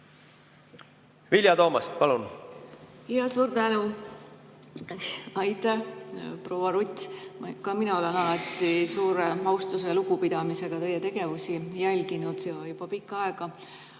Vilja Toomast, palun!